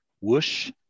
whoosh